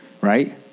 right